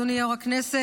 אדוני יו"ר הכנסת,